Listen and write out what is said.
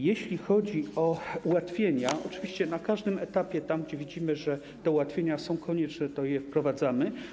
Jeśli chodzi o ułatwienia, oczywiście na każdym etapie, tam gdzie widzimy, że te ułatwienia są konieczne, wprowadzamy je.